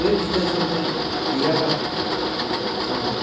बे फिथाइ सामथाय गैयाबा जोङो